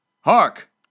Hark